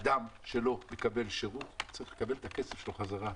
אדם שלא מקבל שירות צריך לקבל את הכסף שלו בחזרה.